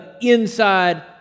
inside